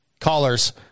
callers